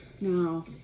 No